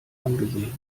angesehen